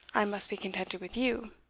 i must be contented with you.